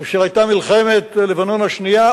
כאשר היתה מלחמת לבנון השנייה,